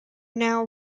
now